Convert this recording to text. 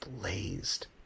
blazed